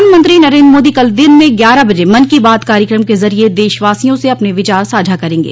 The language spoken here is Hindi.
प्रधानमंत्री नरेन्द्र मोदी कल दिन में ग्यारह बजे मन की बात कार्यक्रम के जरिये देशवासियों से अपने विचार साझा करेंगे